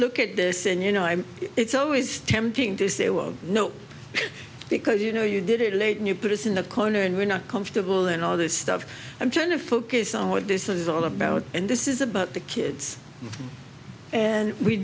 look at this and you know i'm it's always tempting to say no because you know you did it late and you put it in a corner and we're not comfortable in all this stuff i'm trying to focus on what this is all about and this is about the kids and we